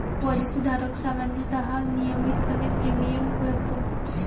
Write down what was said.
policy धारक सामान्यतः नियमितपणे प्रीमियम भरतो